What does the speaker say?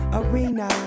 arena